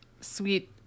sweet